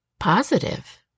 positive